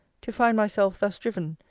to find myself thus driven,